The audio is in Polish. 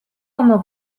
ono